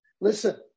Listen